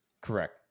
Correct